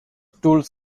tools